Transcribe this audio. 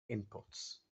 inputs